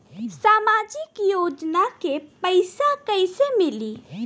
सामाजिक योजना के पैसा कइसे मिली?